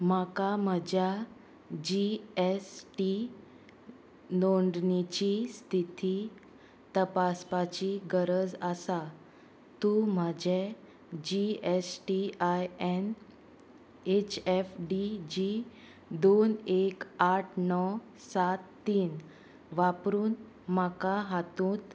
म्हाका म्हज्या G S T नोंदणीची स्थिती तपासपाची गरज आसा तूं म्हजें G S T I N H F D G दोन एक आठ णव सात तीन वापरून म्हाका हातूंत